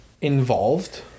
involved